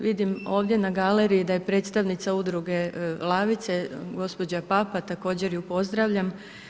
Vidim ovdje na galeriji da predstavnica udruge Lavice, gospođa Papa, također ju pozdravljam.